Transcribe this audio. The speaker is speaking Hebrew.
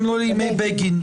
גם לא לימי בגין.